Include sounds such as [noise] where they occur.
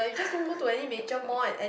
[laughs]